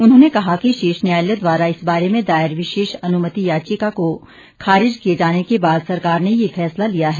उन्होंने कहा कि शीर्ष न्यायालय द्वारा इस बारे में दायर विशेष अनुमति याचिका को खारिज किये जाने के बाद सरकार ने ये फैसला लिया है